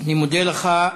אני מודה לך.